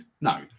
No